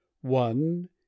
one